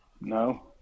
No